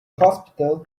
hospital